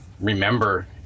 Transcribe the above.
remember